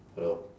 hello